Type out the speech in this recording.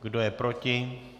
Kdo je proti?